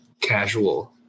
casual